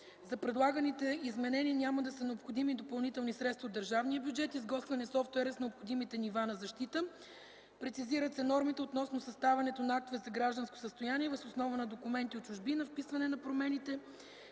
За предлаганите изменения няма да са необходими допълнителни средства от държавния бюджет. Изготвен е софтуерът с необходимите нива на защита. Прецизират се нормите относно съставянето на актове за гражданско състояние въз основа на документи от чужбина, вписване на промените